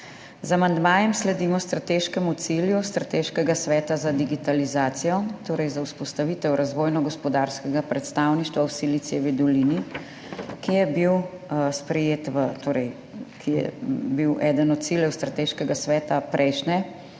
Z amandmajem sledimo strateškemu cilju Strateškega sveta za digitalizacijo, torej za vzpostavitev razvojno-gospodarskega predstavništva v Silicijevi dolini, ki je bil eden od ciljev strateškega sveta prejšnje